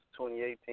2018